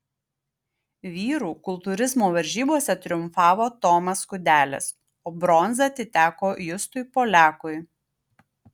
vyrų kultūrizmo varžybose triumfavo tomas kudelis o bronza atiteko justui poliakui